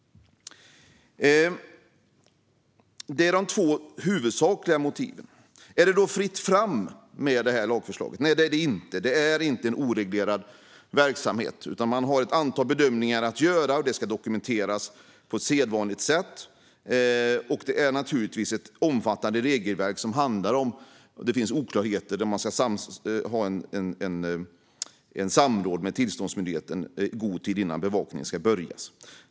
Detta är de två huvudsakliga motiven. Blir det då fritt fram med det här lagförslaget? Nej, det blir det inte. Det är inte en oreglerad verksamhet, utan man har ett antal bedömningar att göra, vilket ska dokumenteras på sedvanligt sätt. Det är naturligtvis ett omfattande regelverk som handlar om lägen där det finns oklarheter och där man ska ha samråd med tillståndsmyndigheten i god tid innan bevakningen ska påbörjas.